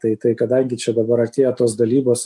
tai tai kadangi čia dabar artėja tos dalybos